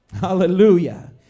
Hallelujah